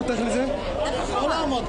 ממש